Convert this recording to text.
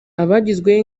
abagizweho